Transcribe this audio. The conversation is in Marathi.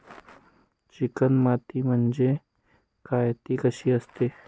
चिकण माती म्हणजे काय? ति कशी असते?